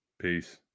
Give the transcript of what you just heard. Peace